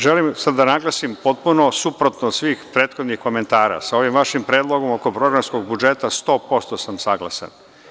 Želim sad da naglasim potpuno suprotno od svih prethodnih komentara, sa ovim vašim predlogom oko programskog budžeta, 100% sam saglasan.